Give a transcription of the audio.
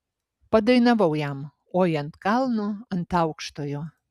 padainavau jam oi ant kalno ant aukštojo